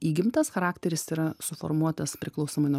įgimtas charakteris yra suformuotas priklausomai nuo